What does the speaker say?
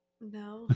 No